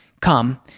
come